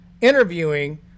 interviewing